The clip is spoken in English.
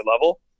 level